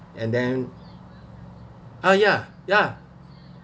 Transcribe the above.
and then uh ya ya